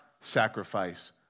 sacrifice